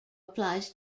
applies